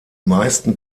meisten